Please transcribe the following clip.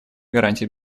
гарантий